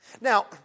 Now